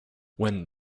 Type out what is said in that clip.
when